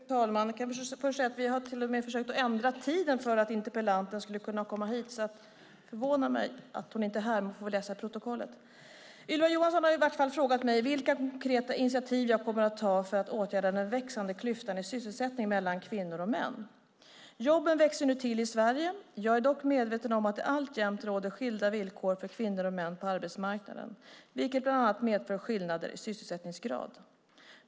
Fru talman! Jag kan först säga att vi har försökt ändra tiden för att interpellanten skulle kunna komma hit, så det förvånar mig att hon inte är här. Hon får väl läsa i protokollet sedan. Ylva Johansson har i vart fall frågat mig vilka konkreta initiativ jag kommer att ta för att åtgärda den växande klyftan i sysselsättning mellan kvinnor och män. Jobben växer nu till i Sverige. Jag är dock medveten om att det alltjämt råder skilda villkor för kvinnor och män på arbetsmarknaden, vilket bland annat medför skillnader i sysselsättningsgrad.